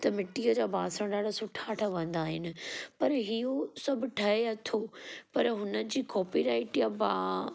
त मिटीअ जा बासण ॾाढा सुठा ठहंदा आहिनि पर इहो सभु ठहे हथों पर हुनजी कॉपी राइट या